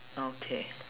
okay